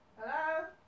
Hello